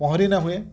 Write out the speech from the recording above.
ପହଁରି ନ ହୁଏ